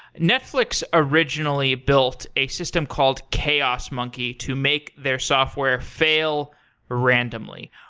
netflix originally built a system called chaos monkey to make their software fail randomly.